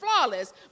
flawless